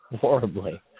horribly